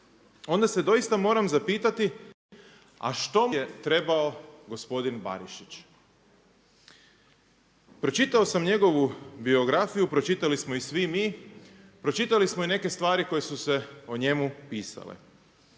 onda se doista moram zapitati a što mu je trebao gospodin Barišić. Pročitao sam njegovu biografiju, pročitali smo i svi mi, pročitali smo i neke stvari koje su se o njemu pisale.